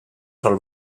sol